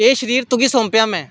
एह् शरीर तुगी सौंपेआ में